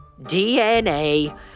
DNA